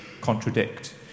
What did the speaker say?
contradict